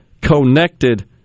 connected